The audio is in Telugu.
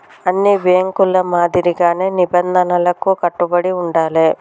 అన్ని బ్యేంకుల మాదిరిగానే నిబంధనలకు కట్టుబడి ఉండాలే